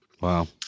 Wow